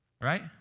Right